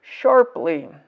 sharply